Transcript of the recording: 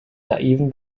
naiven